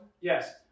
Yes